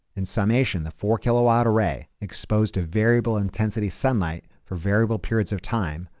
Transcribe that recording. in summation, the four-kilowatt array exposed a variable intensity sunlight for variable periods of time,